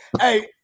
hey